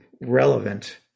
relevant